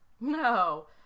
no